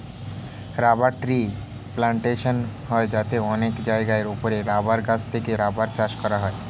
rubber tree plantation হয় যাতে অনেক জায়গার উপরে রাবার গাছ থেকে রাবার চাষ করা হয়